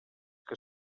que